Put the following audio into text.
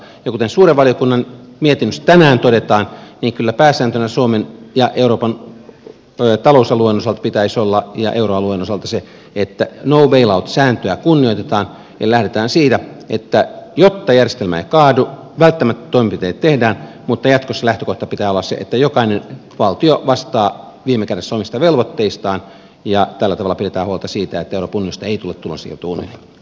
ja kuten suuren valiokunnan mietinnössä tänään todetaan kyllä pääsääntönä suomen ja euroopan talousalueen osalta ja euroalueen osalta pitäisi olla se että no bail out sääntöä kunnioitetaan ja lähdetään siitä että jotta järjestelmä ei kaadu välttämättömät toimenpiteet tehdään mutta jatkossa lähtökohdan pitää olla se että jokainen valtio vastaa viime kädessä omista velvoitteistaan ja tällä tavalla pidetään huolta siitä että euroopan unionista ei tule tulonsiirtounionia